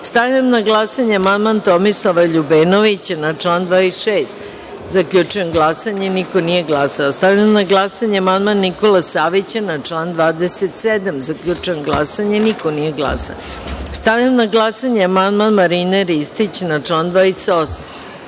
glasao. Stavljam na glasanje amandman Tomislava Ljubenovića na član 10.Zaključujem glasanje: niko nije glasao. Stavljam na glasanje amandman Nikole Savića na član 11.Zaključujem glasanje: niko nije glasao. Stavljam na glasanje amandman Marine Ristić na član